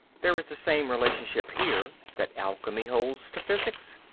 there is the same relationship here that alchemy holds to physics.